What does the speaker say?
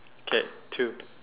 okay two